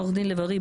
עורך דין לב ארי,